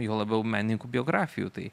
juo labiau menininkų biografijų tai